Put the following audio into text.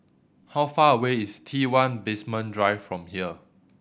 how far away is T One Basement Drive from here